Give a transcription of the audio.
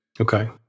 Okay